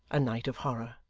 a night of horror.